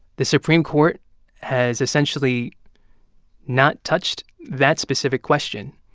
the supreme court has essentially not touched that specific question.